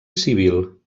civil